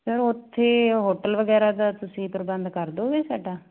sir ਉੱਥੇ hotel ਵਗੈਰਾ ਦਾ ਤੁਸੀਂ ਪ੍ਰਬੰਧ ਕਰ ਦੋਗੇ ਸਾਡਾ